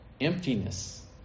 emptiness